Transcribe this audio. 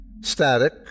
Static